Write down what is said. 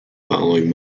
following